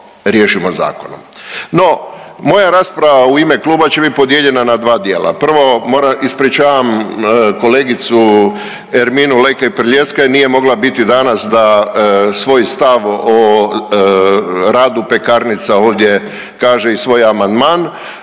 riješimo zakonom. No, moja rasprava u ime kluba će biti podijeljena na dva dijela. Prvo, moram ispričavam kolegicu Erminu Lekaj Prljaskaj nije mogla biti danas da svoj stav o radu pekarnica ovdje kaže i svoj amandman